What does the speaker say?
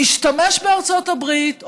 משתמש בארצות הברית,